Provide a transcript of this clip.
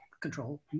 control